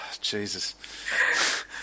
Jesus